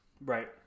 Right